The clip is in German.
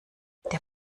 der